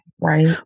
right